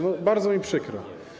No, bardzo mi przykro.